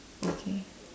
okay